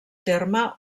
terme